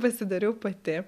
pasidariau pati